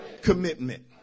commitment